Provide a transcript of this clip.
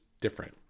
different